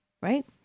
right